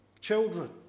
Children